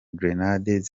grenades